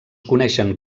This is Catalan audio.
coneixen